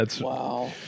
Wow